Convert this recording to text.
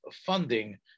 funding